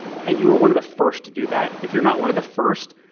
and you're one of the first to do that. if you're not one of the first,